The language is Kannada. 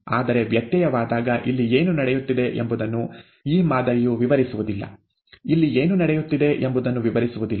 ಆದರೆ ವ್ಯತ್ಯಯವಾದಾಗ ಇಲ್ಲಿ ಏನು ನಡೆಯುತ್ತಿದೆ ಎಂಬುದನ್ನು ಈ ಮಾದರಿಯು ವಿವರಿಸುವುದಿಲ್ಲ ಇಲ್ಲಿ ಏನು ನಡೆಯುತ್ತಿದೆ ಎಂಬುದನ್ನು ವಿವರಿಸುವುದಿಲ್ಲ